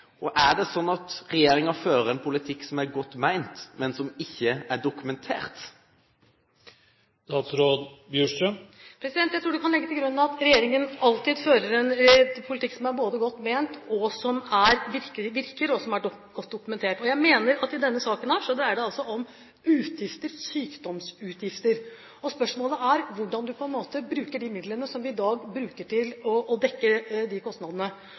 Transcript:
Er det sånn at regjeringen fører en politikk som er godt ment, men som ikke er dokumentert? Jeg tror man kan legge til grunn at regjeringen alltid fører en politikk som både er godt ment, som virkelig virker, og som er godt dokumentert. Jeg mener at i denne saken dreier det seg altså om sykdomsutgifter. Spørsmålet er hvordan man bruker de midlene som vi i dag bruker til å dekke de kostnadene.